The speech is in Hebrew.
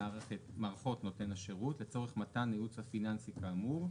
מערכות נותן השירות לצורך מתן הייעוץ הפיננסי כאמור,